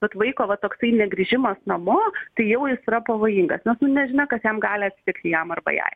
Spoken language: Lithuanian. vat vaiko vat toksai negrįžimas namo tai jau jis yra pavojingas nes nu nežinia kas jam gali atsitikti jam arba jai